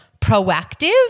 proactive